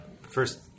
first